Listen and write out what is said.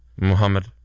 Muhammad